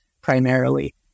primarily